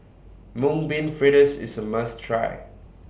Mung Bean Fritters IS A must Try